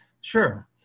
Sure